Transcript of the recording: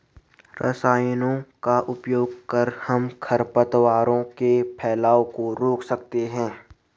रसायनों का उपयोग कर हम खरपतवार के फैलाव को रोक सकते हैं